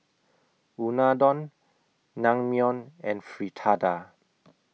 Unadon Naengmyeon and Fritada